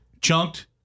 chunked